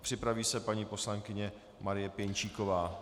Připraví se paní poslankyně Marie Pěnčíková.